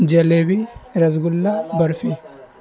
jalebi rasgulla barfi